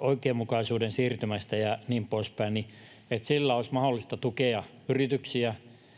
oikeudenmukaisesta siirtymästä ja niin poispäin, että sillä olisi mahdollista tukea yrityksiä,